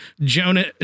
Jonah